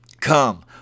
Come